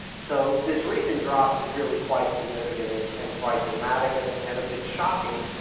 so this recent drop is really quite significant and and quite dramatic and ah and a bit shocking,